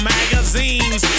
magazines